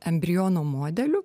embriono modeliu